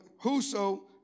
whoso